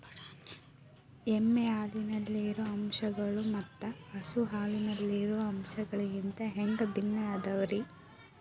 ಎಮ್ಮೆ ಹಾಲಿನಲ್ಲಿರೋ ಅಂಶಗಳು ಮತ್ತ ಹಸು ಹಾಲಿನಲ್ಲಿರೋ ಅಂಶಗಳಿಗಿಂತ ಹ್ಯಾಂಗ ಭಿನ್ನ ಅದಾವ್ರಿ?